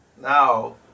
Now